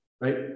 right